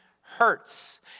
hurts